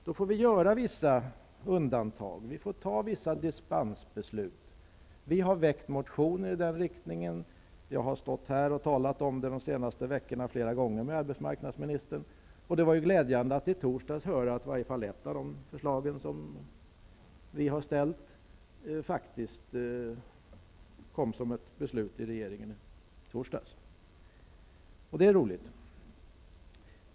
Då får vi göra vissa undantag och fatta vissa dispensbeslut. Vi har väckt motioner i denna riktning. Jag har talat om dem flera gånger under de senaste veckorna med arbetsmarknadsministern. Det var glädjande att i torsdags höra att i varje fall ett av de förslag som vi har väckt faktiskt lett till ett beslut i regeringen. Det är ju roligt.